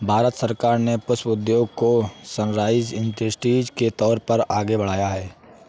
भारत सरकार ने पुष्प उद्योग को सनराइज इंडस्ट्री के तौर पर आगे बढ़ाया है